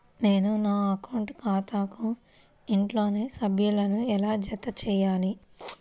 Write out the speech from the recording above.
నేను నా అకౌంట్ ఖాతాకు ఇంట్లోని సభ్యులను ఎలా జతచేయాలి?